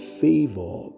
favor